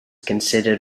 considered